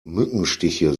mückenstiche